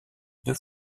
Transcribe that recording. deux